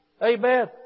Amen